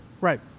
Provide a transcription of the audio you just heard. Right